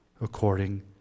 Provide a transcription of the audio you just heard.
according